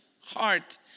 heart